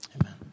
Amen